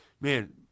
man